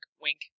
wink